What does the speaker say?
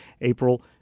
April